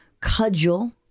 cudgel